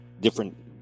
different